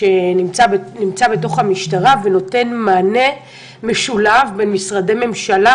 שנמצא בתוך המשטרה ונותן מענה משולב של משרדי ממשלה.